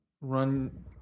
run